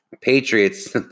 Patriots